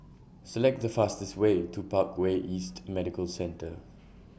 Select The fastest Way to Parkway East Medical Centre